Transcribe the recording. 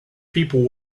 people